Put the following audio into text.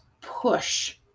push